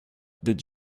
did